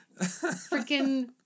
freaking